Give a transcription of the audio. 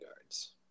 guards